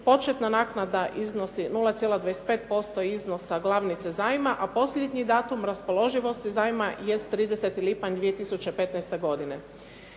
Početna naknada iznosi 0.25% iznosa glavnice zajma, a posljednji datum raspoloživosti zajma jest 30. lipanj 2015. godine.